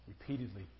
repeatedly